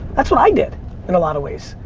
that's what i did in a lot of ways.